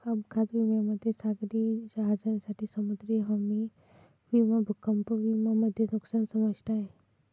अपघात विम्यामध्ये सागरी जहाजांसाठी समुद्री हमी विमा भूकंप विमा मध्ये नुकसान समाविष्ट आहे